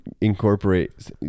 incorporate